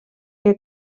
que